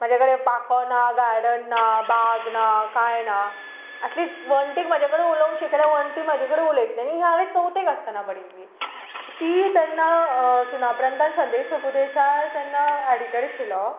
म्हजे कडेन गार्डन ना पाको ना भाग ना कांय ना एटलीस्ट म्हजे कडेन उलोवंक शिकय वण्टी म्हजे कडेन उलयतलीं न्हय हें हांवें चवथीक आसतना म्हणिल्ली ती तेन्ना सुनाप्रांतान संदेश प्रभुदेसाय तेन्ना एडीटर आशिल्लो